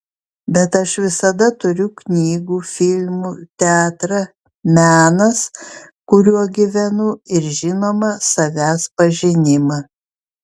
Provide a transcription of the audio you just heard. bet aš visada turiu knygų filmų teatrą menas kuriuo gyvenu ir žinoma savęs pažinimą